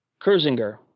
Kurzinger